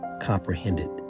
comprehended